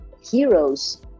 heroes